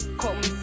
come